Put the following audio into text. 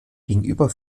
gegenüber